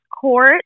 court